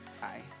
Hi